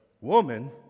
Woman